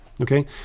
okay